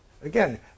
Again